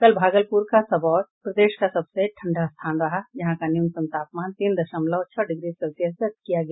कल भागलपुर का सबौर प्रदेश का सबसे ठंडा स्थान रहा जहां का न्यूनतम तापमान तीन दशमलव छह डिग्री सेल्सियस दर्ज किया गया